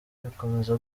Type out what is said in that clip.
bikomeza